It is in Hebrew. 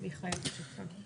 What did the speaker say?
מיכאל, שלך.